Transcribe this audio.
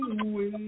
away